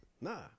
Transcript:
Nah